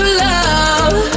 love